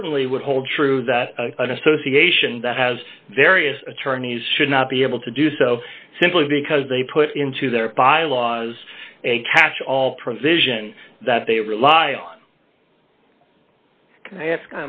certainly would hold true that an association that has various attorneys should not be able to do so simply because they put into their bylaws a catch all provision that they rely